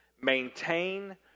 Maintain